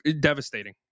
devastating